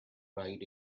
ride